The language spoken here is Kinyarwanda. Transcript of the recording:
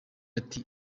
ati